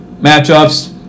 matchups